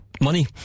money